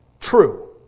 true